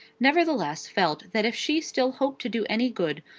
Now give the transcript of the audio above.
nevertheless felt that if she still hoped to do any good,